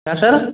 क्या सर